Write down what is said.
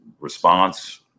response